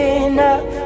enough